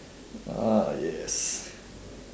ah yes